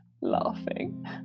laughing